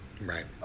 Right